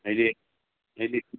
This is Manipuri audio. ꯑꯩꯗꯤ